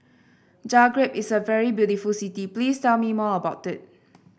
Zagreb is a very beautiful city please tell me more about it